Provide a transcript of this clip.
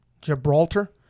Gibraltar